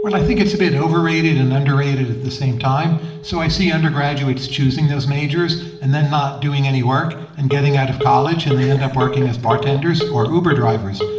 i think it's a bit overrated and underrated at the same time. so i see undergraduates choosing those majors and then not doing any work and getting out of college, and they end up working as bartenders or uber drivers.